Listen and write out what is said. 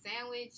sandwich